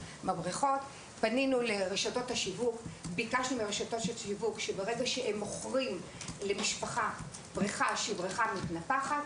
פנינו לרשתות השיווק וביקשנו מהם שכשהם מוכרים למשפחה בריכה מתנפחת